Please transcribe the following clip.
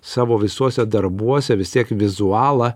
savo visuose darbuose vis tiek vizualą